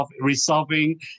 resolving